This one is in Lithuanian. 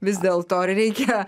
vis dėlto ar reikia